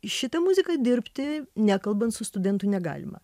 šitą muziką dirbti nekalbant su studentu negalima